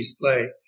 play